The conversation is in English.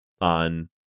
on